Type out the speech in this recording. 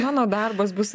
mano darbas bus